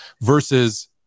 Versus